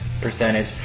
percentage